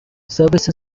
service